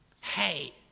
Hey